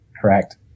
Correct